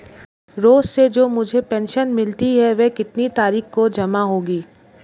रोज़ से जो मुझे पेंशन मिलती है वह कितनी तारीख को जमा होगी?